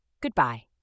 Goodbye